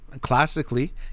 Classically